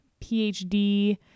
PhD